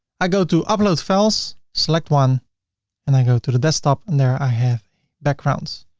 i go to upload files, select one and i go to the desktop, and there i have backgrounds.